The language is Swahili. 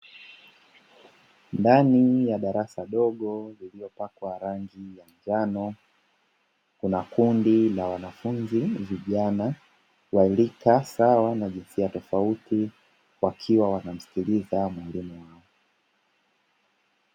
Ndani ya darasa dogo lililopakwa rangi ya njano, kuna kundi la wanafunzi vijana wa rika sawa na jinsi tofauti wakiwa wanamsikiliza mwalimu.